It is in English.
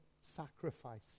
sacrifice